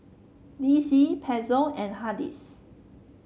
D C Pezzo and Hardy's